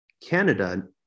Canada